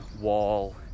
wall